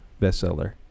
bestseller